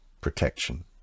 protection